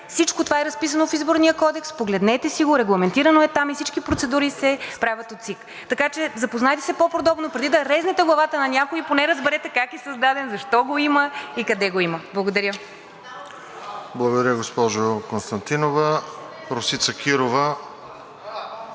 Всичко това е разписано в Изборния кодекс, погледнете си го, регламентирано е там – всички процедури се правят от ЦИК. Така че запознайте се по-подробно, преди да резнете главата на някой, поне разберете как е създаден, защо го има и къде го има. Благодаря. ПРЕДСЕДАТЕЛ РОСЕН ЖЕЛЯЗКОВ: Благодаря, госпожо Константинова. Росица Кирова.